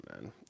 man